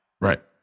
Right